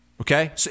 Okay